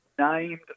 named